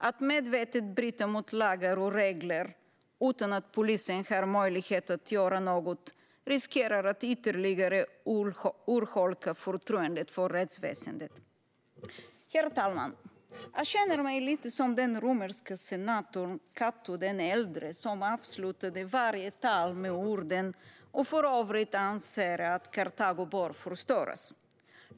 Att medvetet bryta mot lagar och regler utan att polisen har möjlighet att göra något riskerar att ytterligare urholka förtroendet för rättsväsendet. Herr talman! Jag känner mig lite som den romerska senatorn Cato den äldre, som avslutade varje tal med orden: För övrigt anser jag att Karthago bör förstöras.